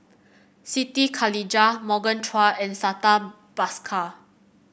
Siti Khalijah Morgan Chua and Santha Bhaskar